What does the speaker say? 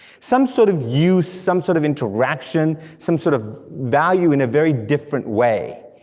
some sort of use, some sort of interaction, some sort of value in a very different way.